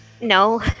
No